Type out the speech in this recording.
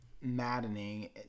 maddening